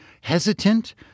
hesitant